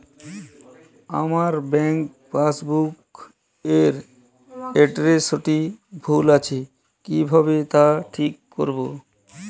আমার bank passbook এর এড্রেসটি ভুল আছে কিভাবে তা ঠিক করবো?